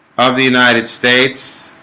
of the united states